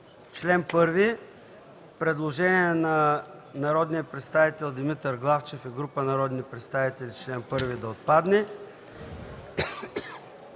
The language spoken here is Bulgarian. Глава първа. Предложение на народния представител Димитър Главчев и група народни представители – чл. 1 да отпадне.